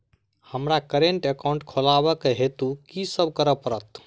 हमरा current account खोलेवाक हेतु की सब करऽ पड़त?